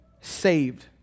Saved